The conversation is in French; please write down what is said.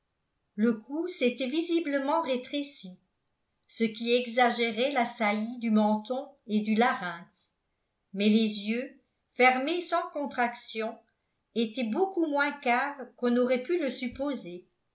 le cou s'était visiblement rétréci ce qui exagérait la saillie du menton et du larynx mais les yeux fermés sans contraction étaient beaucoup moins caves qu'on n'aurait pu le supposer